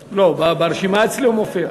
לא, ברשימה אצלי הוא מופיע.